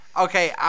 Okay